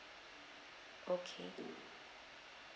okay